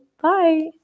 Bye